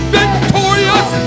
victorious